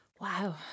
wow